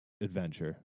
adventure